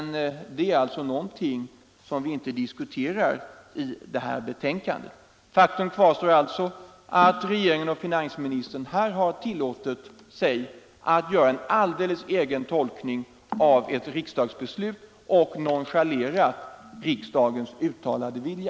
Faktum kvarstår att regeringen och finansministern här har tillåtit sig att göra en alldeles egen tolkning av ett riksdagsbeslut och nonchalerat riksdagens uttalade vilja.